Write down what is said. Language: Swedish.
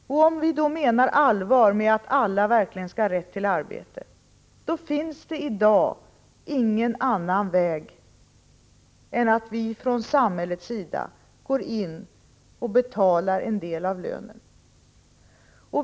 Om vi då menar allvar med att alla verkligen skall ha rätt till arbete, finns det i dag ingen annan väg än att samhället betalar en del av lönen.